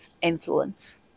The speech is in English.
influence